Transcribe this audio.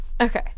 Okay